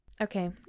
Okay